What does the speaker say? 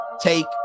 take